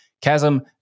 Chasm